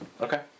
Okay